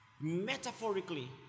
Metaphorically